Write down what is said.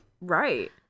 Right